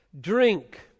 Drink